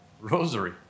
rosary